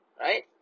right